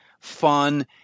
fun